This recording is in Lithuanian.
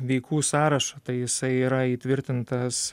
veikų sąrašą tai jisai yra įtvirtintas